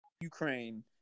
Ukraine